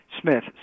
Smith